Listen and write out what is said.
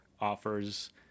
offers